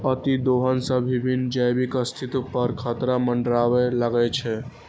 अतिदोहन सं विभिन्न जीवक अस्तित्व पर खतरा मंडराबय लागै छै